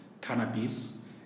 cannabis